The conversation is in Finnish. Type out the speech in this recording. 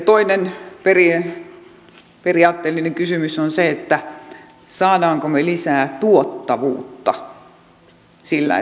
toinen periaatteellinen kysymys on se saammeko me lisää tuottavuutta sillä että leikataan palkkoja